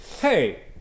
hey